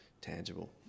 tangible